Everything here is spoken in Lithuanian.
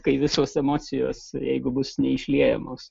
kai visos emocijos jeigu bus neišliejamas